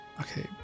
Okay